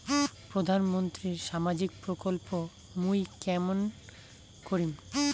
প্রধান মন্ত্রীর সামাজিক প্রকল্প মুই কেমন করিম?